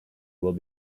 will